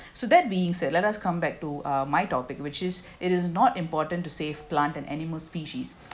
so that being said let us come back to uh my topic which is it is not important to save plant and animal species